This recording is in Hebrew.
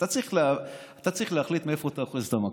אתה צריך להחליט מאיפה אתה אוחז את המקל.